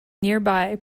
nearby